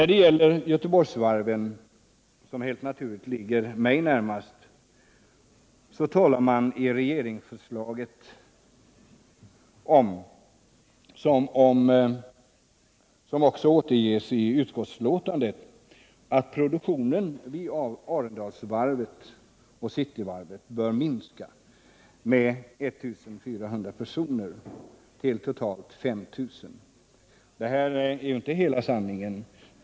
Vad beträffar Göteborgsvarven, som helt naturligt ligger mig närmast, uttalas följande i regeringens förslag, vilket också återges i utskottsbetänkandet: ”Den sammanlagda personalstyrkan vid de båda Göteborgsvarven — Arendalsvarvet och Cityvarvet, bör minskas med 1 400 personer till totalt 5 000 vid utgången av år 1980.” Men det här är inte hela sanningen.